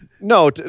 No